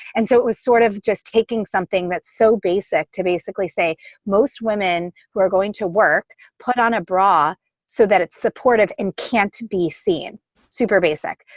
and so it was sort of just taking something that's so basic to basically say most women who are going to work put on a bra so that it's supportive and can't be seen super basic.